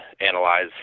analyze